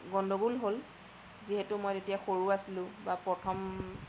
গণ্ডগোল হ'ল যিহেতু মই তেতিয়া সৰু আছিলোঁ বা প্ৰথম